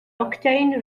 octane